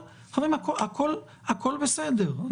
חברים, הכול בסדר.